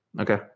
Okay